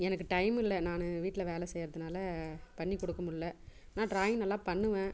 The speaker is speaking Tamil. எனக்கு டைம் இல்லை நான் வீட்டில வேலை செய்யறதுனால பண்ணி கொடுக்க முல்ல ஆனால் டிராயிங் நல்லா பண்ணுவேன்